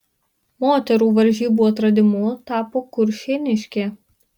moterų varžybų atradimu tapo kuršėniškė